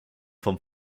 vom